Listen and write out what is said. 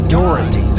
Dorothy